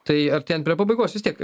tai artėjant prie pabaigos vis tiek